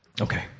Okay